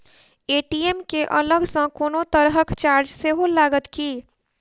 ATM केँ अलग सँ कोनो तरहक चार्ज सेहो लागत की?